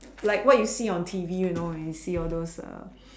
like what you see on T_V you know when you see all those